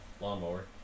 lawnmower